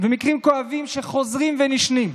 ומקרים כואבים שחוזרים ונשנים.